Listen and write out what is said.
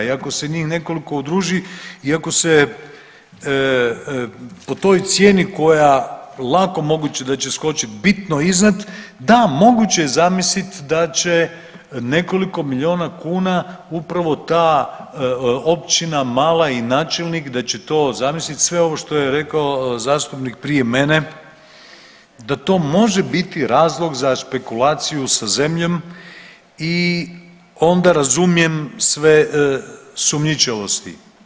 I ako se njih nekoliko udruži i ako se po toj cijeni koja lako moguće da će skočiti bitno iznad, da moguće je zamislit da će nekoliko milijuna kuna upravo ta općina mala i načelnik da će to zamislit sve ovo što je rekao zastupnik prije mene, da to može biti razlog za špekulaciju sa zemljom i onda razumijem sve sumnjičavosti.